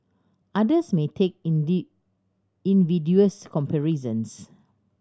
others may make invidious comparisons